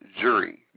jury